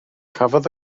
cafodd